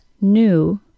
new